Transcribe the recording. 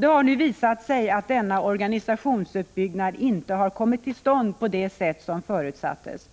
Det har nu visat sig att denna organisationsuppbyggnad inte har kommit till stånd på det sätt som förutsattes.